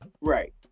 right